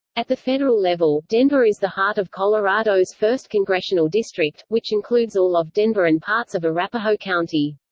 at the federal level, denver is the heart of colorado's first congressional district, which includes all of denver and parts of arapahoe county.